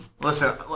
Listen